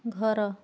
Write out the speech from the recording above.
ଘର